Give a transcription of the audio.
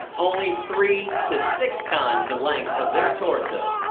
only three to six times the length of their torso.